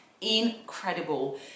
Incredible